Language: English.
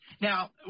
now